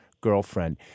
girlfriend